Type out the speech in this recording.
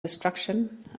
destruction